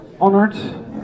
honored